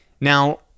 Now